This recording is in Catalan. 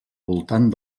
voltant